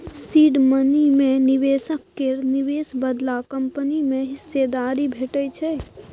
seed money मे निबेशक केर निबेश बदला कंपनी मे हिस्सेदारी भेटै छै